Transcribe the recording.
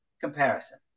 comparison